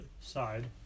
side